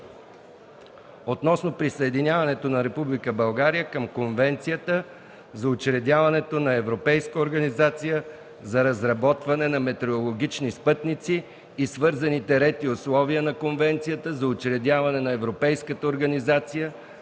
относно присъединяването на Република България към Конвенцията за учредяването на Европейската организация за разработване на метеорологични спътници и свързаните ред и условия, на Конвенцията за учредяване на Европейската организация